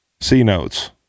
C-Notes